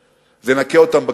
זה: נכה אותם בכיס.